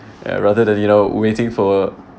and rather than you know waiting for